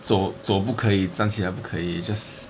走不可以站起来不可以 just